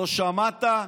לא שמעת,